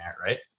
right